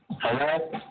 Hello